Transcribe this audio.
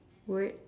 where